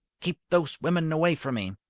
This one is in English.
keep those women away from me,